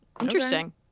Interesting